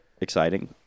exciting